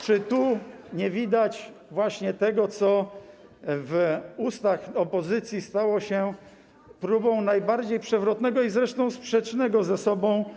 Czy tu nie widać właśnie tego, co w ustach opozycji stało się próbą najbardziej przewrotnego i zresztą jednocześnie sprzecznego ze sobą zdania?